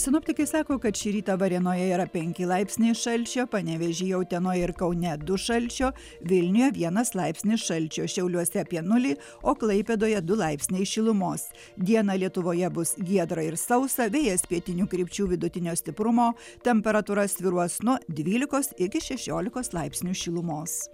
sinoptikai sako kad šį rytą varėnoje yra penki laipsniai šalčio panevėžyje utenoje ir kaune du šalčio vilniuje vienas laipsnis šalčio šiauliuose apie nulį o klaipėdoje du laipsniai šilumos dieną lietuvoje bus giedra ir sausa vėjas pietinių krypčių vidutinio stiprumo temperatūra svyruos nuo dvylikos iki šešiolikos laipsnių šilumos